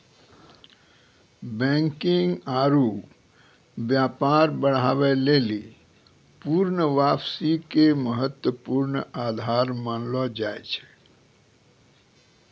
banking आरु व्यापार बढ़ाबै लेली पूर्ण वापसी के महत्वपूर्ण आधार मानलो जाय छै